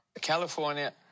California